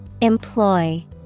Employ